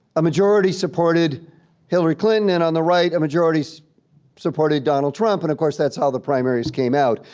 a majority supported hillary clinton and on the right a majority so supported donald trump and of course, that's how the primaries came out.